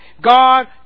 God